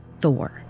Thor